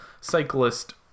cyclist